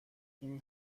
این